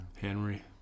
Henry